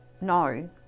no